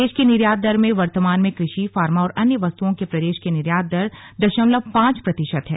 देश की निर्यात दर में वर्तमान में कृषि फार्मा और अन्य वस्तुओं के प्रदेश की निर्यात दर दशमलव पांच प्रतिशत है